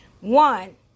One